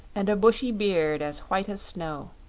and a bushy beard as white as snow.